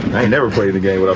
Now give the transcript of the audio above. i never played a game when